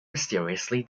mysteriously